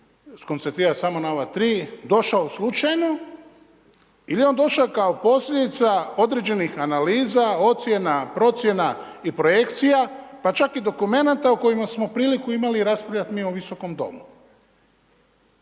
skoncentrirati samo na ova tri, došao slučajno ili je on došao kao posljedica određenih analiza, ocjena, procjena i projekcija pa čak i dokumenata o kojima smo priliku imali raspravljati mi u Visokom domu.